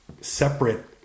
separate